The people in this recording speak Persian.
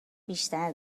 بیشتر